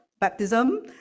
baptism